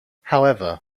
however